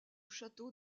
château